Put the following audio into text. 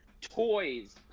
toys